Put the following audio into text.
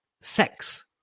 sex